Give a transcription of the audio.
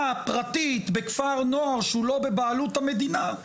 פרטית בכפר נוער שהוא לא בבעלות המדינה,